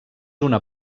una